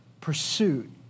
pursuit